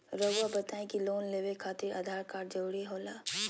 रौआ बताई की लोन लेवे खातिर आधार कार्ड जरूरी होला?